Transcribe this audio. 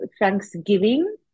thanksgiving